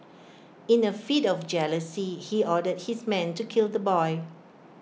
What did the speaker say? in A fit of jealousy he ordered his men to kill the boy